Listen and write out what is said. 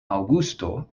aŭgusto